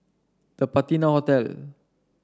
The Patina Hotel